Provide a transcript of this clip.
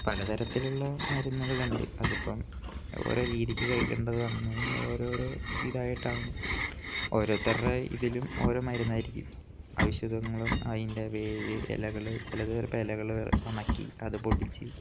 പല തരത്തിലുള്ള മരുന്നുകളുണ്ട് അതിപ്പം ഓരോ രീതിക്ക് കഴിക്കേണ്ടതും അങ്ങനെ ഓരോരോ ഇതായിട്ടാണ് ഓരോത്തരുടെ ഇതിലും ഓരോ മരുന്നായിരിക്കും ഔഷധങ്ങളും അതിൻ്റെ വേര് ഇലകൾ ചിലത് ചിലപ്പം ഇലകൾ ഉണക്കി അത് പൊടിച്ച്